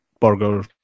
burger